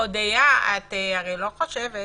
את הרי לא חושבת